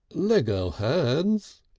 lego hands,